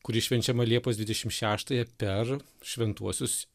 kuri švenčiama liepos dvidešim šeštąją per šventuosius